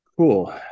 Cool